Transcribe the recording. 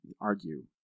argue